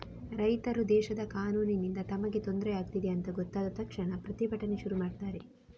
ರೈತರು ದೇಶದ ಕಾನೂನಿನಿಂದ ತಮಗೆ ತೊಂದ್ರೆ ಆಗ್ತಿದೆ ಅಂತ ಗೊತ್ತಾದ ತಕ್ಷಣ ಪ್ರತಿಭಟನೆ ಶುರು ಮಾಡ್ತಾರೆ